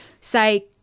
say